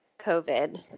COVID